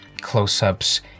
close-ups